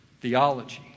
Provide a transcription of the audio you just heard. theology